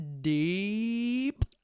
deep